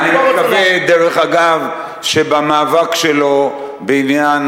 אני מקווה, דרך אגב, שבמאבק שלו בעניין